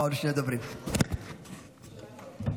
התשפ"ד 2024,